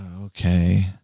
okay